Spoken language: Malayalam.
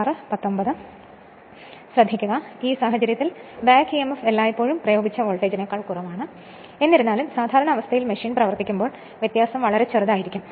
അതിനാൽ ഈ സാഹചര്യത്തിൽ ബാക്ക് emf എല്ലായ്പ്പോഴും പ്രയോഗിച്ച വോൾട്ടേജിനേക്കാൾ കുറവാണ് എന്നിരുന്നാലും സാധാരണ അവസ്ഥയിൽ മെഷീൻ പ്രവർത്തിക്കുമ്പോൾ വ്യത്യാസം വളരെ ചെറുതാണ്